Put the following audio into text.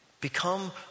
become